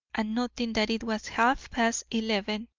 and noting that it was half-past eleven,